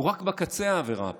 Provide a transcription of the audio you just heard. הוא רק בקצה העבירה הפלילית.